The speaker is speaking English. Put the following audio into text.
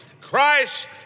Christ